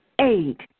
Eight